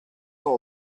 all